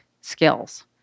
skills